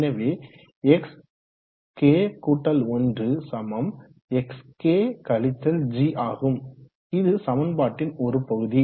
எனவே xk1 xk g ஆகும் இது சமன்பாட்டின் ஒரு பகுதி